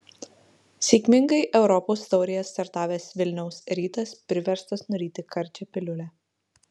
sėkmingai europos taurėje startavęs vilniaus rytas priverstas nuryti karčią piliulę